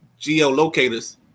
geolocators